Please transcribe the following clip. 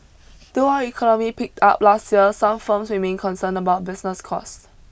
though our economy picked up last year some firms remain concerned about business cost